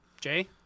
Jay